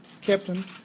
captain